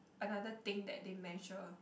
another thing that they measure